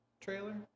trailer